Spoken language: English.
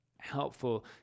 Helpful